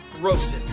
roasted